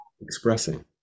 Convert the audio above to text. expressing